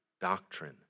doctrine